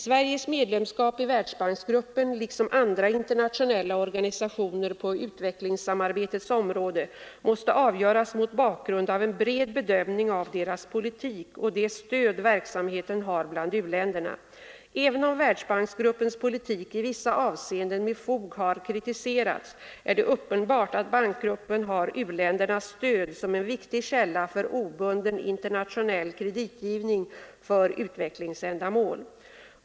Sveriges medlemskap i Världsbanksgruppen liksom i andra internationella organisationer på utvecklingssamarbetets område måste avgöras mot bakgrund av en bred bedömning av deras politik och det stöd verksamheten har bland u-länderna. Även om Världsbanksgruppens politik i vissa avseenden med fog har kritiserats är det uppenbart att bankgruppen har u-ländernas stöd som en viktig källa för obunden, internationell kreditgivning för utvecklingsändamål.